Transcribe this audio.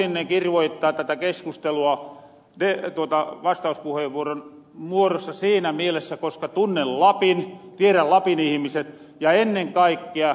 halusin kirvoittaa tätä keskustelua vastauspuheenvuoron muorossa siinä mielessä koska tunnen lapin tierän lapin ihmiset ja ennen kaikkea ed